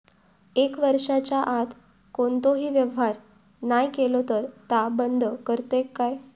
एक वर्षाच्या आत कोणतोही व्यवहार नाय केलो तर ता बंद करतले काय?